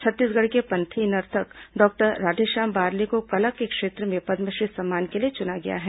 छत्तीसगढ़ के पंथी नर्तक डॉक्टर राधेश्याम बारले को कला के क्षेत्र में पद्मश्री सम्मान के लिए चुना गया है